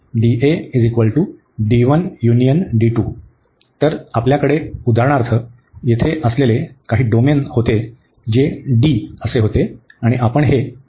तर आपल्याकडे उदाहरणार्थ येथे असलेले काही डोमेन होते जे होते आणि आपण हे आणि मध्ये विभागले आहे